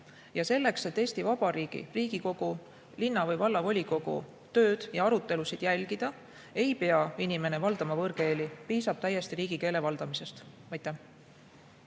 Selleks, et Eesti Vabariigi Riigikogu, samuti linna- või vallavolikogu tööd ja arutelusid jälgida, ei pea inimene valdama võõrkeeli, piisab täiesti riigikeele valdamisest. Suur